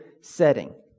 setting